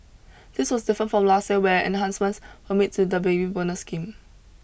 this was different from last year where enhancements were made to the baby bonus scheme